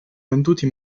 venduti